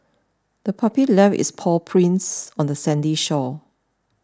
the puppy left its paw prints on the sandy shore